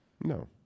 No